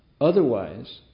Otherwise